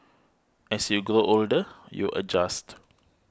as you grow older you adjust